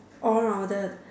all rounded